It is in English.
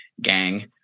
gang